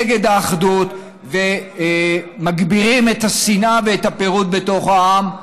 נגד האחדות ומגבירים את השנאה ואת הפירוד בתוך העם.